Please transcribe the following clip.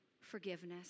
forgiveness